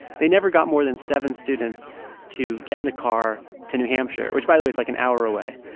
they never got more than seven students to get in the car to new hampshire, which, by the way, is, like, an hour away,